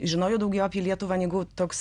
žinojo daugiau apie lietuvą negu toks